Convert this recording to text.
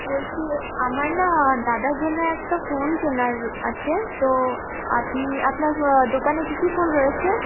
বলছি আমার না দাদার জন্য একটা ফোন কেনার আছে তো আপনি আপনার দোকানে কী কী ফোন রয়েছে